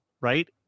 right